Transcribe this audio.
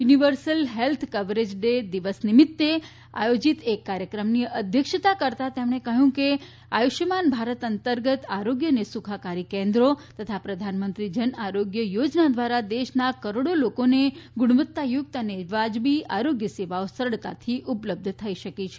universal health coverage day દિવસ નિમિત્તે આયોજીત એક કાર્યક્રમની અધ્યક્ષતા કરતાં તેમણે કહ્યું કે આયુષ્માન ભારત અંતર્ગત આરોગ્ય અને સુખાકારી કેન્દ્રો તથા પ્રધાનમંત્રી જન આરોગ્ય યોજના દ્વારા દેશના કરોડો લોકોને ગુણવત્તાયુક્ત અને વાજબી આરોગ્ય સેવાઓ સરળતાથી ઉપલબ્ધ થઇ શકી છે